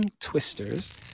twisters